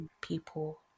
people